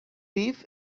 beef